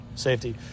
safety